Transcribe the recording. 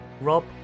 Rob